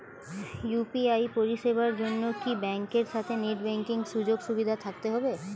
UPI পরিষেবার জন্য কি ব্যাংকের সাথে নেট ব্যাঙ্কিং সুযোগ সুবিধা থাকতে হবে?